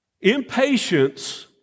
Impatience